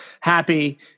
happy